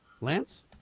Lance